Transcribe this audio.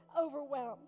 overwhelmed